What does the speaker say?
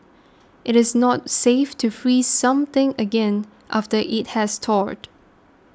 it is not safe to freeze something again after it has thawed